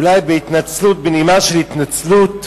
אולי בנימה של התנצלות,